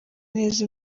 neza